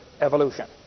evolution